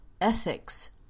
ethics